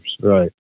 Right